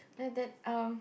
then then um what ah